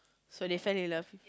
so they fell in love